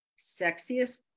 sexiest